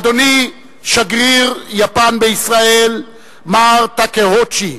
אדוני, שגריר יפן בישראל, מר טקֶאוּצ'י,